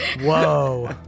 Whoa